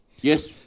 Yes